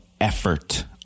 effort